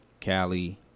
Cali